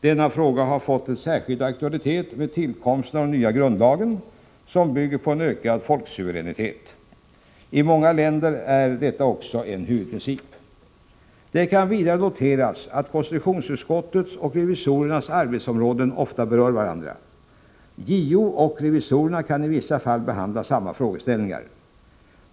Denna fråga har fått en särskild aktualitet med tillkomsten av den nya grundlagen, som bygger på en ökad folksuveränitet. I många länder är detta också en huvudprincip. Det kan vidare noteras att konstitutionsutskottets och revisorernas arbetsområden ofta berör varandra. JO och revisorerna kan i vissa fall behandla samma frågeställningar.